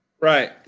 Right